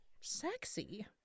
sexy